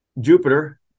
Jupiter